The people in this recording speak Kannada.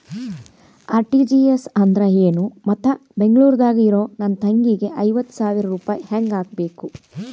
ಆರ್.ಟಿ.ಜಿ.ಎಸ್ ಅಂದ್ರ ಏನು ಮತ್ತ ಬೆಂಗಳೂರದಾಗ್ ಇರೋ ನನ್ನ ತಂಗಿಗೆ ಐವತ್ತು ಸಾವಿರ ರೂಪಾಯಿ ಹೆಂಗ್ ಹಾಕಬೇಕು?